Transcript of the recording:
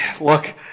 look